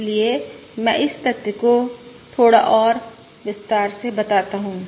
इसलिए मै इस तथ्य को थोड़ा और विस्तार बताता हूँ